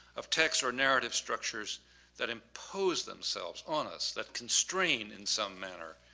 of texts or narratives structures that impose themselves on us, that constrain in some manner,